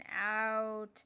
out